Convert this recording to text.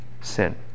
Sin